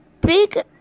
big